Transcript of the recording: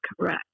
correct